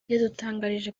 yadutangarije